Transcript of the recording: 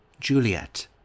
Juliet